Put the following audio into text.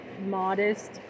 modest